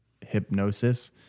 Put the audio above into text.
hypnosis